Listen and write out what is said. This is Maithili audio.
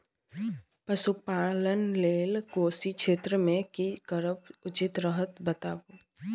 पशुपालन लेल कोशी क्षेत्र मे की करब उचित रहत बताबू?